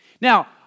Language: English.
Now